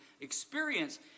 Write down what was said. experience